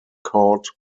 caught